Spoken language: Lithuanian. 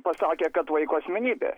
pasakė kad vaiko asmenybė